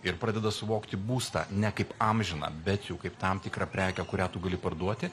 ir pradeda suvokti būstą ne kaip amžiną bet jau kaip tam tikrą prekę kurią tu gali parduoti